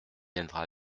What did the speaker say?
viendra